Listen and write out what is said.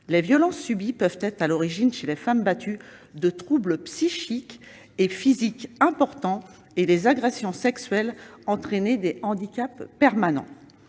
Les violences subies peuvent être à l'origine chez les femmes battues de troubles psychiques et physiques importants, et les agressions sexuelles entraîner des handicaps permanents.